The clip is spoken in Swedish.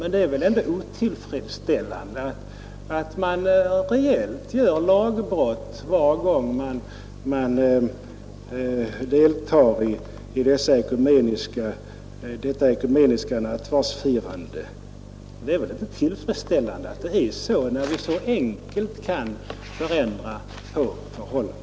Men det är väl ändå otillfredsställande att man reellt begår lagbrott varje gång man medverkar i detta ekumeniska nattvardsfirande — det är väl inte tillfredsställande, när vi så enkelt kan ändra på förhållandet?